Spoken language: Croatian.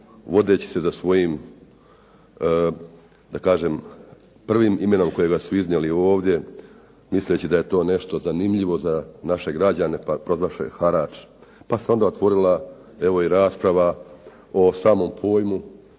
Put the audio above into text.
vodeći se sa svojim prvim imenom kojega su iznijeli ovdje misleći da je to nešto zanimljivo za naše građane pa proglašavaju harač. Pa se onda otvorila i rasprava o samom pojmu